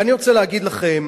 אני רוצה להגיד לכם